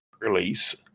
release